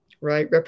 Right